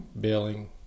billing